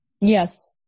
Yes